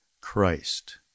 Christ